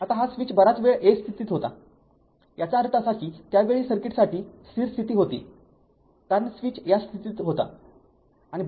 आता हा स्विच बराच वेळ A स्थितीत होता याचा अर्थ असा की त्या वेळी सर्किटसाठी स्थिर स्थिती होती कारण स्विच या स्थितीत होता